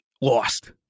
lost